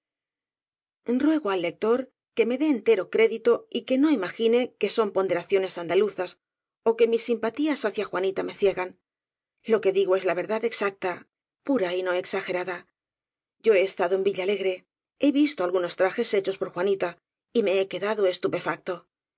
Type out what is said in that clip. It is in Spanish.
engalana ruego al lector que me dé entero crédito y que no imagine que son ponderaciones andaluzas ó que mis simpatías hacia juanita me ciegan lo que digo es la verdad exacta pura y no exagerada yo he estado en villalegre he visto algunos trajes hechos por juanita y me he quedado estupefacto